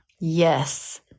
Yes